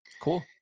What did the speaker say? Cool